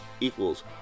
equals